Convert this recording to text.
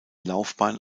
laufbahn